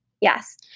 Yes